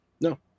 No